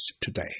today